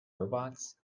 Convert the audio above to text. robots